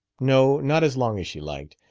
no, not as long as she liked,